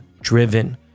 driven